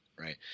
Right